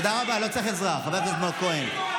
הדחליל?